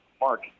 Mark